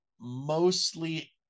mostly